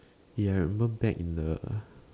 ya I remember back in the